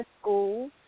school